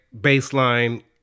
baseline